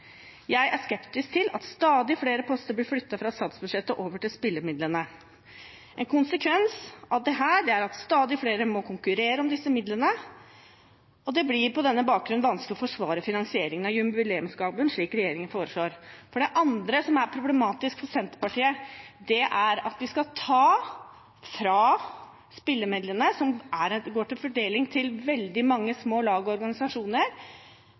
Jeg er skeptisk til at stadig flere poster blir flyttet fra statsbudsjettet og over til spillemidlene. En konsekvens av dette er at stadig flere må konkurrere om disse midlene, og det blir på denne bakgrunn vanskelig å forsvare finansieringen av jubileumsgaven slik regjeringen foreslår. Det andre som er problematisk for Senterpartiet, er at vi skal ta fra spillemidlene, som går til fordeling til veldig mange små lag og organisasjoner